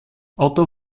otto